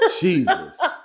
Jesus